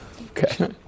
Okay